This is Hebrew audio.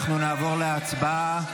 אנחנו נעבור להצבעה.